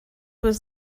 was